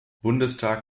bundestag